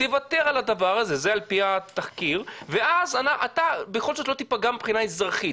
תוותר על הדבר הזה ואז אתה בכל זאת לא תיפגע מבחינה אזרחות,